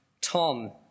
Tom